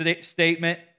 statement